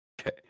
Okay